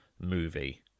movie